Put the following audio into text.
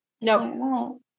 No